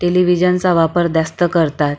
टेलिविजनचा वापर द्यास्त करतात